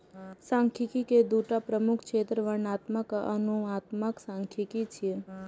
सांख्यिकी के दूटा प्रमुख क्षेत्र वर्णनात्मक आ अनुमानात्मक सांख्यिकी छियै